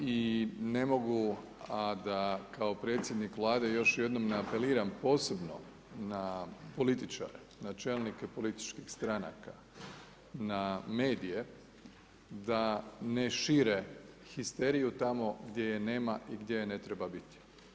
I ne mogu a da kao predsjednik Vlade još jednom ne apeliram posebno na političare, na čelnike političkih stranaka, na medije, da ne šire histeriju tamo gdje je nema i gdje je ne treba biti.